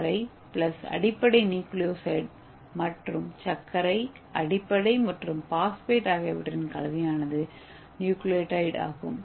சர்க்கரை பிளஸ் அடிப்படை நியூக்ளியோசைடு மற்றும் சர்க்கரை அடிப்படை மற்றும் பாஸ்பேட் ஆகியவற்றின் கலவையானது நியூக்ளியோடைடு ஆகும்